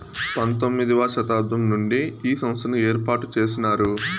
పంతొమ్మిది వ శతాబ్దం నుండే ఈ సంస్థను ఏర్పాటు చేసినారు